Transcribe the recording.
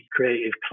Creative